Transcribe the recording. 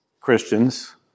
Christians